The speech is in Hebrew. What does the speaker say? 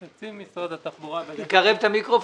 בבקשה.